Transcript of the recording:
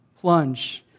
plunge